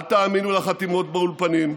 אל תאמינו לחתימות באולפנים.